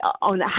on